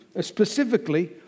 Specifically